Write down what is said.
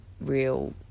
real